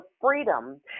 freedom